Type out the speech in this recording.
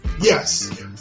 Yes